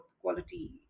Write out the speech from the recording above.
quality